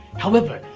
however,